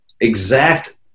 exact